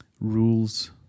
rules